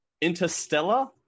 Interstellar